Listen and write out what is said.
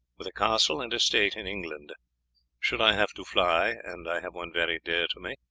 with a castle and estate in england should i have to fly and i have one very dear to me,